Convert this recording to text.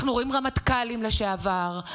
אנחנו רואים רמט"כלים לשעבר,